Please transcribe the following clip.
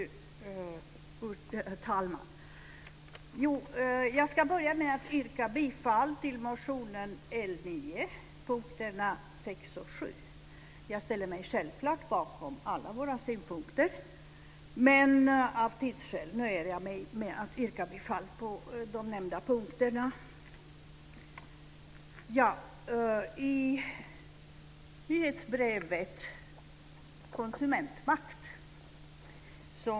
Fru talman! Jag ska börja med att yrka bifall till motionen L 9, punkterna 6 och 7. Jag ställer mig självklart bakom alla våra synpunkter, men av tidsskäl nöjer jag mig med att yrka bifall på de nämnda punkterna.